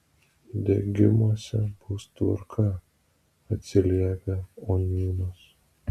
degimuose bus tvarka atsiliepia oniūnas